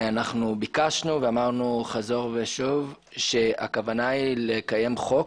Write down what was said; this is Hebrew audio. ביקשנו ואמרנו חזור ושוב שהכוונה היא לקיים חוק